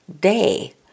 day